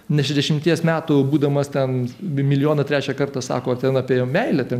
ne šešiasdešimties metų būdamas ten milijoną trečią kartą sako ten apie meilę ten